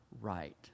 right